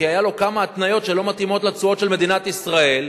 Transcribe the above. כי היו לו כמה התניות שלא מתאימות לתשואות של מדינת ישראל,